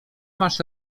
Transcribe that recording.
masz